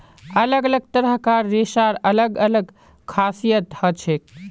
अलग अलग तरह कार रेशार अलग अलग खासियत हछेक